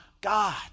God